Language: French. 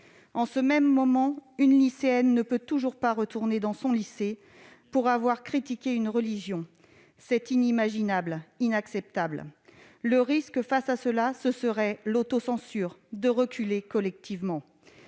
En ce moment même, une lycéenne ne peut toujours pas retourner dans son lycée pour avoir critiqué une religion. C'est inimaginable et inacceptable ! Face à cela, le risque serait de s'autocensurer, de reculer collectivement.